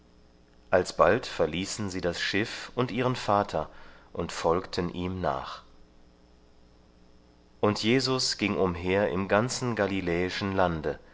alsbald verließen sie das schiff und ihren vater und folgten ihm nach und jesus ging umher im ganzen galiläischen lande